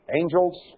angels